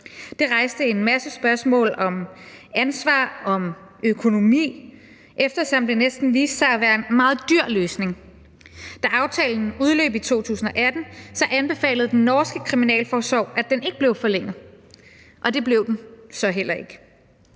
Det rejste en masse spørgsmål om ansvar, om økonomi, eftersom det næsten viste sig at være en meget dyr løsning. Da aftalen udløb i 2018, anbefalede den norske kriminalforsorg, at den ikke blev forlænget, og det blev den så heller ikke.